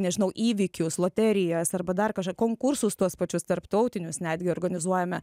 nežinau įvykius loterijas arba dar kažką konkursus tuos pačius tarptautinius netgi organizuojame